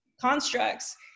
constructs